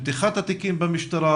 על פתיחת התיקים במשטרה,